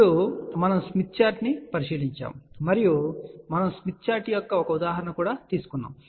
అప్పుడు మనము Smith chart ను పరిశీలించాము మరియు మనము స్మిత్ చార్ట్ యొక్క ఒక ఉదాహరణను కూడా తీసుకున్నాము